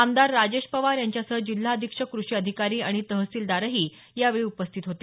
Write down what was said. आमदार राजेश पवार यांच्यासह जिल्हा अधीक्षक कृषि अधिकारी आणि तहसीलदारही यावेळी उपस्थित होते